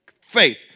faith